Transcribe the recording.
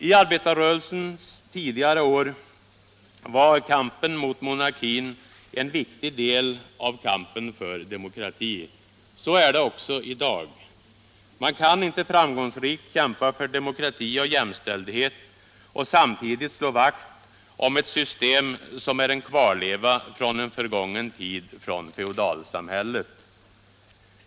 I arbetarrörelsens tidigare år var kampen mot monarkin en viktig del av kampen för demokratin. Så är det också i dag. Man kan inte framgångsrikt kämpa för demokrati och jämställdhet och samtidigt slå vakt om ett system som är en kvarleva från en förgången tid, från feodalsamhället.